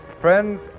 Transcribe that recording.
Friends